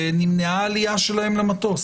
ונמנעה העלייה שלהם למטוס.